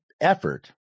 effort